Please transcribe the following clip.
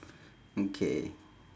okay